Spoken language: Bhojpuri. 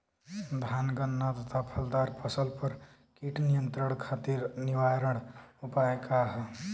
धान गन्ना तथा फलदार फसल पर कीट नियंत्रण खातीर निवारण उपाय का ह?